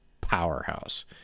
powerhouse